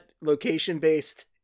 location-based